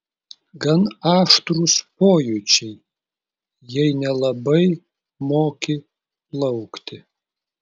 gan aštrūs pojūčiai jei nelabai moki plaukti